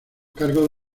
cargos